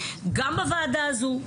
גם בוועדה הזאת,